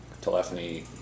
telephony